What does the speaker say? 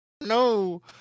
no